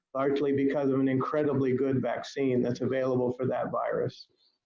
largely because of an incredibly good vaccine that's available for that virus.